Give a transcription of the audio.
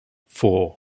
four